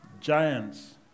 Giants